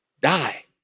Die